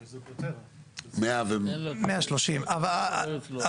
130,000. אבל,